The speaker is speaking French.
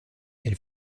elle